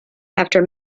after